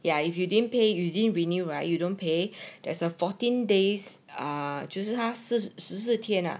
ya if you didn't pay you didn't renew right you don't pay there is a fourteen days ah 就是他四十四十四天啊